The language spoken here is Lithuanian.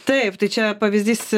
taip tai čia pavyzdys